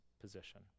position